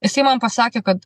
jisai man pasakė kad